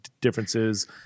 differences